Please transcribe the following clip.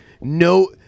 no